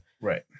Right